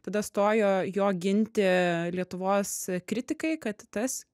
tada stojo jo ginti lietuvos kritikai kad tas